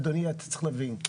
אדוני אתה צריך להבין,